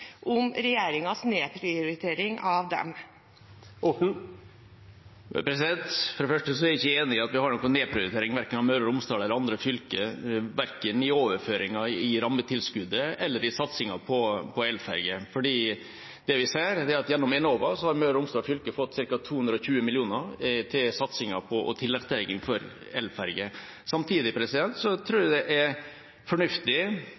om regjeringens nedprioritering av dette? For det første er jeg ikke enig i at vi har noen nedprioritering av verken Møre og Romsdal eller andre fylker, verken i overføringer i rammetilskuddet eller i satsingen på elferger. For det vi ser, er at gjennom Enova har Møre og Romsdal fylke fått ca. 220 mill. kr til satsing på og tilrettelegging for elferger. Samtidig tror jeg det er fornuftig